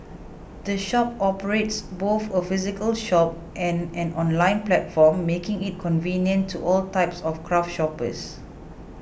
the shop operates both a physical shop and an online platform making it convenient to all types of craft shoppers